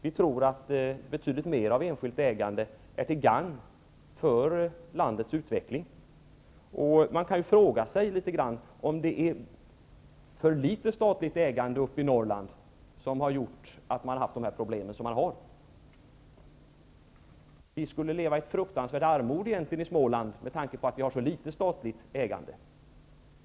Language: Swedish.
Vi tror att betydligt mer av enskilt ägande är till gagn för landets utveckling. Man kan också undra om det är för litet statligt ägande uppe i Norrland som har skapat de problem som man där har. I motsatt fall skulle vi egentligen leva i ett fruktansvärt armod i Småland, med tanke på att man där har så litet statligt ägande.